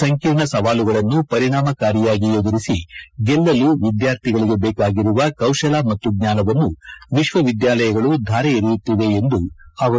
ಸಂಕೀರ್ಣ ಸವಾಲುಗಳನ್ನು ಪರಿಣಾಮಕಾರಿಯಾಗಿ ಎದುರಿಸಿ ಗೆಲ್ಲಲು ವಿದ್ವಾರ್ಥಿಗಳಿಗೆ ಬೇಕಾಗಿರುವ ಕೌಶಲ ಮತ್ತು ಜ್ವಾನವನ್ನು ವಿಶ್ವವಿದ್ಯಾನಿಲಯಗಳು ಧಾರೆ ಎರೆಯುತ್ತಿವೆ ಎಂದರು